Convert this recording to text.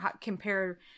compare